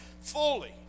fully